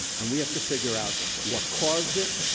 and we have to figure out what caused it,